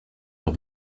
leur